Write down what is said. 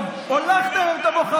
מעשים שהם מתחת לכל סטנדרט אנושי ראוי?